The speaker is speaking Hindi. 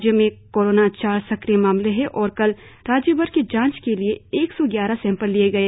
राज्य में कोरोना चार सक्रिय मामले है और कल राज्यभर से जांच के लिए एक सौ ग्यारह सैंपल लिये गए